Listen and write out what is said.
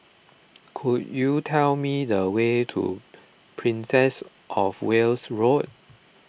could you tell me the way to Princess of Wales Road